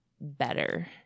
Better